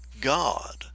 God